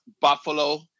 Buffalo